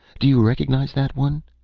do you recognize that one?